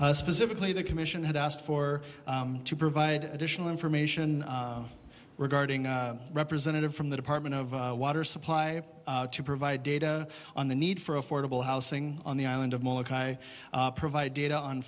specifically the commission had asked for to provide additional information regarding a representative from the department of water supply to provide data on the need for affordable housing on the island of molokai provide data on